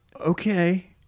Okay